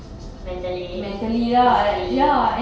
mentally physically